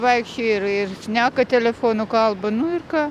vaikščioja ir ir šneka telefonu kalba nu ir ką